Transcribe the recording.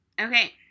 Okay